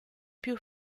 più